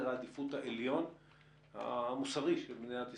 העדיפות העליון המוסרי של מדינת ישראל.